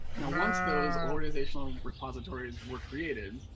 now once those organizational repositories were created,